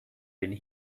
did